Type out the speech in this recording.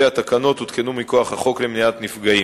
לעניין נושא רעש ממסגדים רלוונטיות תקנות למניעת מפגעים